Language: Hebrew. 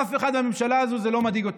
אף אחד מהממשלה הזו זה לא מדאיג אותו.